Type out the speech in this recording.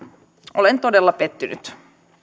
olen todella pettynyt